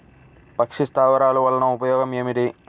పక్షి స్థావరాలు వలన ఉపయోగం ఏమిటి?